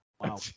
Wow